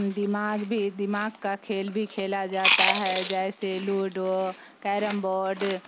دماغ بھی دماغ کا کھیل بھی کھیلا جاتا ہے جیسے لوڈو کیرم بورڈ